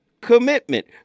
commitment